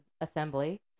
assembly